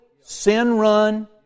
sin-run